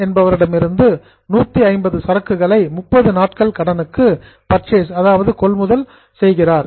Laxman என்பவரிடமிருந்து 150 சரக்குகளை 30 நாட்கள் கடனுக்கு பர்ச்சேஸ் கொள்முதல் செய்யப்படுகிறது